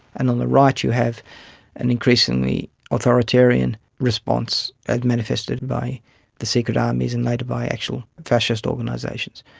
and on the right you have an increasingly authoritarian response ah manifested by the secret armies and later by actual fascist organisations.